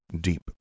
Deep